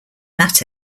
that